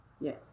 yes